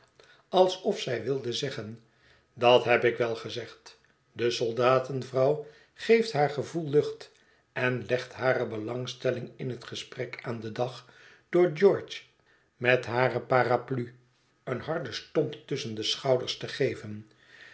alsof zij wilde zeggen dat heb ik wel gezegd de soldatenvrouw geeft haar gevoel lucht en legt hare belangstelling in het gesprek aan den dag door george met hare paraplu een harden stomp tusschen de schouders te geven